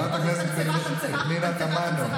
חברת הכנסת נעמה לזימי נמצאת?